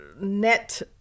net